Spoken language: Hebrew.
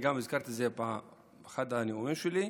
הזכרתי את זה גם באחד הנאומים שלי,